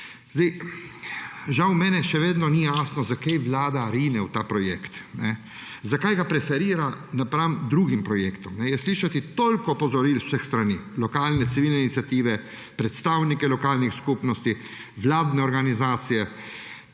Žal meni še vedno ni jasno, zakaj Vlada rine v ta projekt. Zakaj ga preferira napram drugim projektom. Je slišati toliko opozoril z vseh strani: lokalne, civilne iniciative, predstavnikov lokalnih skupnosti, vladnih organizacij,